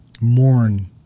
mourn